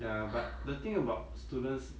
ya but the thing about students